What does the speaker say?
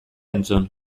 entzun